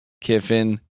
Kiffin